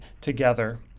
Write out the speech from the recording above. together